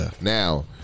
Now